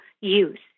use